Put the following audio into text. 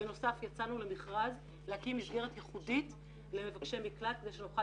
בנוסף יצאנו למכרז להקים מסגרת ייחודית למבקשי מקלט כדי שנוכל